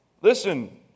Listen